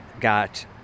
got